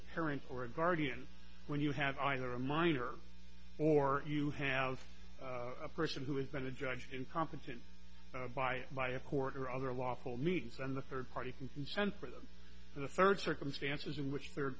parent or a guardian when you have either a minor or you have a person who is going to judge incompetent by by a court or other lawful means and the third party can consent for them and the third circumstances in which third